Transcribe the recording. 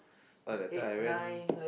uh that time I went